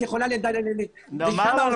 את יכולה ל --- זה נאמר לנו